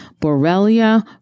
Borrelia